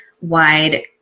wide